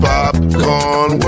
Popcorn